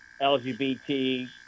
LGBT